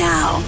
Now